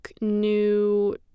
new